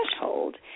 threshold